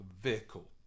vehicle